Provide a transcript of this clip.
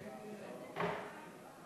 אם כן,